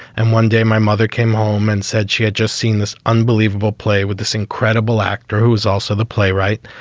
and one day my mother came home and said she had just seen this unbelievable play with this incredible actor who is also the playwright.